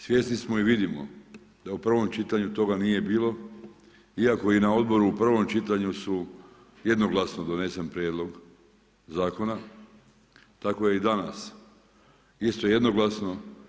Svjesni smo i vidimo da u prvom čitanju toga nije bio, iako i na odboru u prvom čitanju su jednoglasno donesen prijedlog zakona, tako je i danas isto jednoglasno.